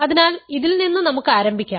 അതിനാൽ ഇതിൽ നിന്ന് നമുക്ക് ആരംഭിക്കാം